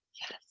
Yes